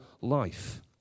life